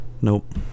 Nope